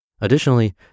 Additionally